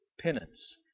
Penance